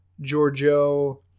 Giorgio